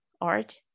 art